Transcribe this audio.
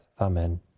Amen